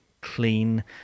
clean